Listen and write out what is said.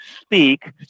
speak